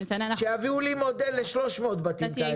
שיביאו לי מודל ל-300 בתים כאלה,